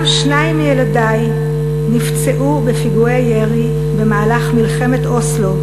גם שניים מילדי נפצעו בפיגועי ירי במהלך מלחמת אוסלו,